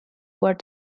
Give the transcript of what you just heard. where